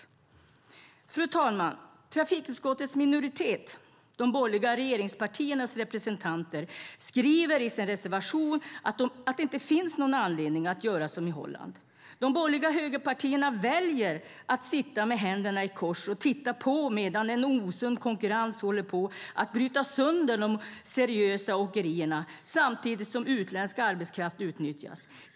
Fru talman! Trafikutskottets minoritet, de borgerliga regeringspartiernas representanter, skriver i sin reservation att det inte finns någon anledning att göra som i Holland. De borgerliga högerpartierna väljer att sitta med händerna i kors och titta på medan en osund konkurrens håller på att bryta sönder de seriösa åkerierna samtidigt som utländsk arbetskraft utnyttjas.